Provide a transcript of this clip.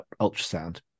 ultrasound